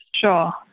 Sure